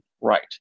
right